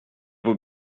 vos